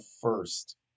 first